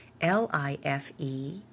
L-I-F-E